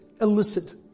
illicit